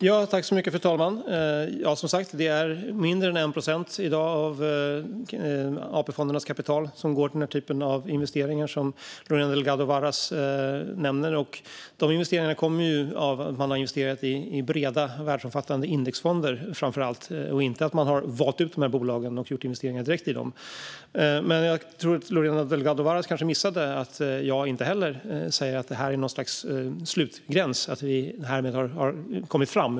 Fru talman! Det är i dag som sagt mindre än 1 procent av AP-fondernas kapital som går till den typ av investeringar som Lorena Delgado Varas nämner. De investeringarna kommer sig framför allt av att man har investerat i breda, världsomfattande indexfonder, inte av att man har valt ut dessa bolag och gjort investeringar direkt i dem. Lorena Delgado Varas kanske missade att jag inte heller säger att detta är något slags slutgräns och att vi härmed har kommit fram.